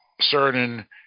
certain